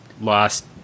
lost